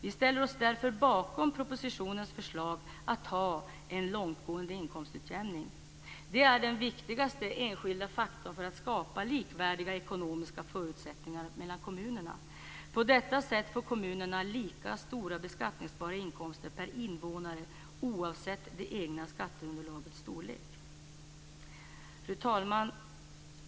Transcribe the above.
Vi ställer oss därför bakom propositionens förslag om en långtgående inkomstutjämning. Det är den viktigaste enskilda faktorn för att skapa likvärdiga ekonomiska förutsättningar mellan kommunerna. På detta sätt får kommunerna lika stora beskattningsbara inkomster per invånare oavsett det egna skatteunderlagets storlek. Fru talman!